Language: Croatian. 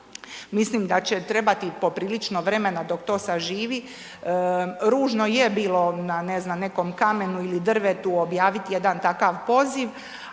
Mislim da će trebati poprilično vremena dok to saživi, ružno je bilo, na ne znam, nekom kamenu ili drvetu objaviti jedan takav poziv,